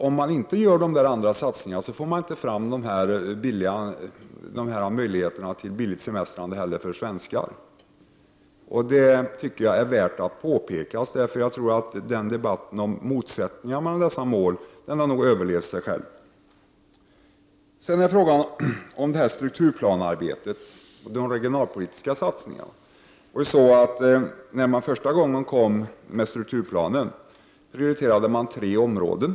Om man inte gör de andra satsningarna, får man inte heller till stånd möjligheterna till billigt semestrande för svenskar. Jag tycker att detta är värt att påpeka, eftersom debatten om motsättningar mellan de här målen nog har överlevt sig själv. Vad sedan gäller strukturplanearbetet och de regionalpolitiska satsningarna vill jag säga att man när man framlade den första strukturplanen prioriterade tre områden.